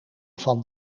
van